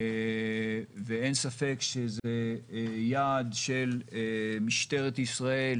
ואין ספק שזה יעד של משטרת ישראל